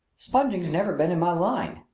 sponging's never been in my line.